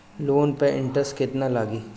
Loan पे interest केतना लागी?